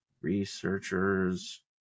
Researchers